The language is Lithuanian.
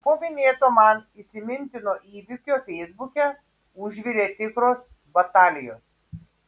po minėto man įsimintino įvykio feisbuke užvirė tikros batalijos